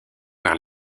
par